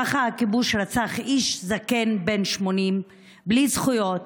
ככה הכיבוש רצח איש זקן בן 80 בלי זכויות,